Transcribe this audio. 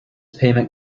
payment